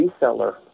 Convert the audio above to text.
reseller